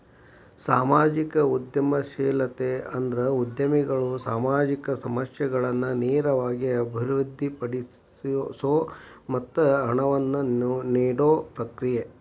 ಸಾಮಾಜಿಕ ಉದ್ಯಮಶೇಲತೆ ಅಂದ್ರ ಉದ್ಯಮಿಗಳು ಸಾಮಾಜಿಕ ಸಮಸ್ಯೆಗಳನ್ನ ನೇರವಾಗಿ ಅಭಿವೃದ್ಧಿಪಡಿಸೊ ಮತ್ತ ಹಣವನ್ನ ನೇಡೊ ಪ್ರಕ್ರಿಯೆ